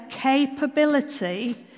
capability